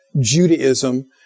Judaism